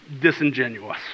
disingenuous